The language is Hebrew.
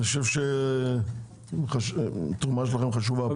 אני חושב שהתרומה שלכם חשובה פה.